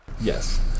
Yes